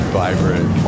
vibrant